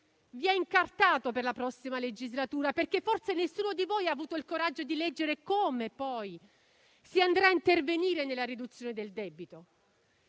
vi ha incartato per la prossima legislatura, perché forse nessuno di voi ha avuto il coraggio di leggere come poi si andrà a intervenire nella riduzione del debito.